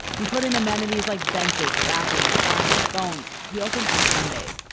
he put in a manatee's like benches, bathroom signs, phones. he opened on sundays,